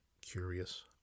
curious